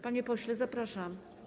Panie pośle, zapraszam.